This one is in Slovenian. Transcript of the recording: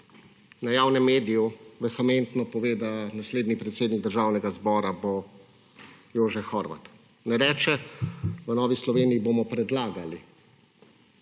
na javnem mediju vehementno pove, da naslednji predsednik Državnega zbora bo Jožef Horvat. Ne reče – v Novi Sloveniji bomo predlagali.